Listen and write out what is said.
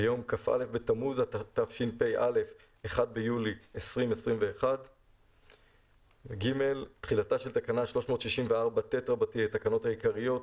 ביום כ"א בתמוז התשפ"א (1 ביולי 2021). (ג)תחילתה של תקנה 364ט לתקנות העיקריות,